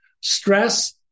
Stress